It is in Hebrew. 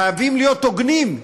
חייבים להיות הוגנים.